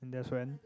that is when